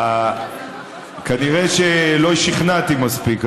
כנראה לא שכנעתי מספיק,